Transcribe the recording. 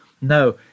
No